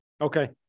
Okay